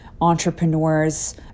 entrepreneurs